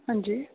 हां जी